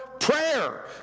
prayer